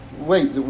wait